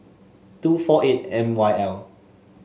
two four eight M Y L